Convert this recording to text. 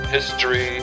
History